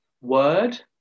word